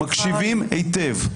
מקשיבים היטב.